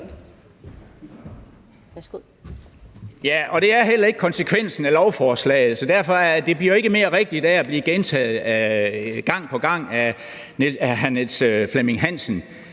Det er heller ikke konsekvensen af lovforslaget. Det bliver jo ikke mere rigtigt af at blive gentaget gang på gang af hr. Niels Flemming Hansen.